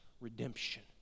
redemption